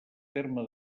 terme